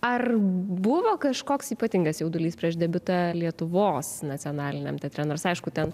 ar buvo kažkoks ypatingas jaudulys prieš debiutą lietuvos nacionaliniam teatre nors aišku ten